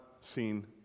seen